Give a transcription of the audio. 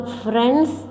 friends